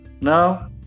no